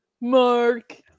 Mark